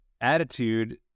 attitude